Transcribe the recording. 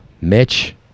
Mitch